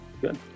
good